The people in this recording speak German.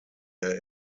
der